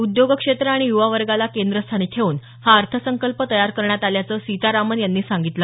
उद्योग क्षेत्र आणि युवा वर्गाला केंद्रस्थानी ठेऊन हा अर्थसंकल्प तयार करण्यात आल्याचं सीतारामन यांनी सांगितलं